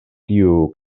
tiu